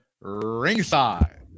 ringside